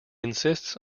insists